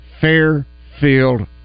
Fairfield